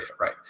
right